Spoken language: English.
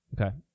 Okay